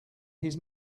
his